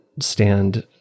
stand